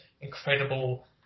incredible